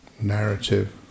narrative